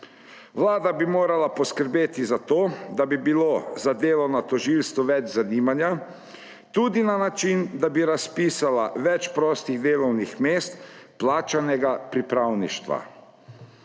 Vlada bi morala poskrbeti za to, da bi bilo za delo na tožilstvu več zanimanja, tudi na način, da bi razpisala več prostih delovnih mest plačanega pripravništva.